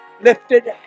lifted